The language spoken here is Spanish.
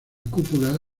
cúpula